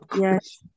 Yes